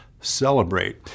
celebrate